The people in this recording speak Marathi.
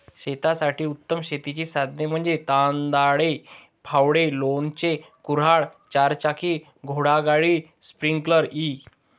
शेतासाठी उत्तम शेतीची साधने म्हणजे दंताळे, फावडे, लोणचे, कुऱ्हाड, चारचाकी घोडागाडी, स्प्रिंकलर इ